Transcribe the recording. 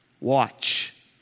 Watch